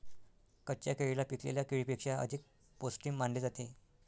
कच्च्या केळीला पिकलेल्या केळीपेक्षा अधिक पोस्टिक मानले जाते